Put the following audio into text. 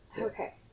Okay